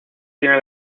tiene